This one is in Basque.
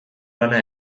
lana